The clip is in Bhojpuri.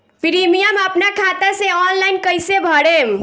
प्रीमियम अपना खाता से ऑनलाइन कईसे भरेम?